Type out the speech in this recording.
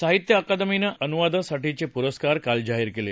साहित्य अकादमीनं अनुवादासाठीचे पुरस्कार काल जाहीर केले